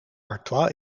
artois